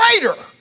greater